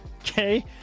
Okay